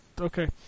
Okay